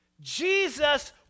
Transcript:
Jesus